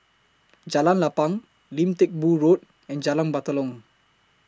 Jalan Lapang Lim Teck Boo Road and Jalan Batalong